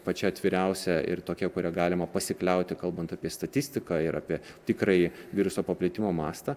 pačia atviriausia ir tokia kuria galima pasikliauti kalbant apie statistiką ir apie tikrąjį viruso paplitimo mastą